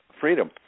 freedom